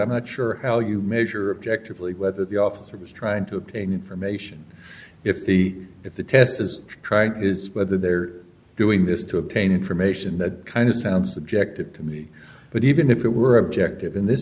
i'm not sure how you measure objective lee whether the officer is trying to obtain information if the if the test is tried is whether they're doing this to obtain information that kind of sounds objected to me but even if it were objective in this